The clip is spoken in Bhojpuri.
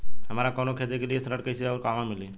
हमरा कवनो खेती के लिये ऋण कइसे अउर कहवा मिली?